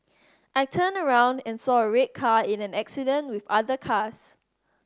I turned around and saw a red car in an accident with other cars